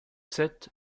sept